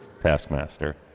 taskmaster